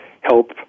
help